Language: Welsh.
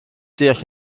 deall